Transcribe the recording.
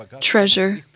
treasure